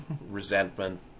resentment